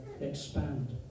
expand